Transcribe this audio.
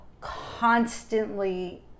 constantly